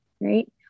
right